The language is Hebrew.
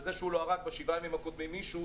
וזה שהוא לא הרג בשבעה הימים הקודמים מישהו,